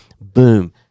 Boom